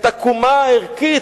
את הקומה הערכית,